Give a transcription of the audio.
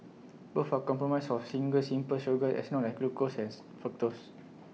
both are compromised of single simple sugars as known as glucose as fructose